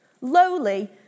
lowly